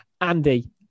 Andy